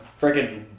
freaking